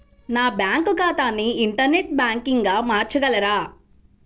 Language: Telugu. నా బ్యాంక్ ఖాతాని ఇంటర్నెట్ బ్యాంకింగ్గా మార్చగలరా?